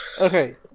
Okay